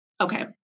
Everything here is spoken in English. Okay